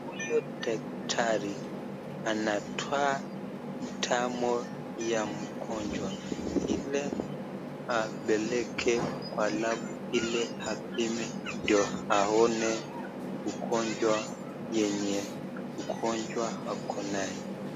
Huyu dakitari anatoa damu ya mgonjwa ili apeleke kwa Lab,(cs), iliapime ndio aone ugonjwa yenye mgonjwa akonayo.